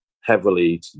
heavily